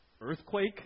earthquake